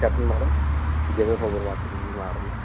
చెప్పండి madam Vijetha super market నుంచి మాట్లాడుతున్నాం